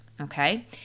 Okay